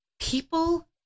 People